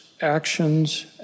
actions